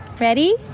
Ready